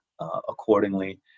accordingly